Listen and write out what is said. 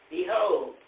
Behold